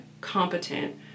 competent